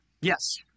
Yes